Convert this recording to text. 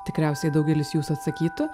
tikriausiai daugelis jūsų atsakytų